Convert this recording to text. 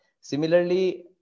Similarly